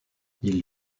ils